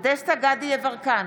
גדי יברקן,